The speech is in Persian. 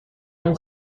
اون